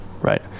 Right